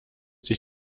sich